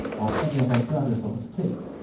or any of my brothers of the state,